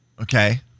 Okay